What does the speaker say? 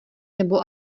nebo